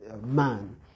man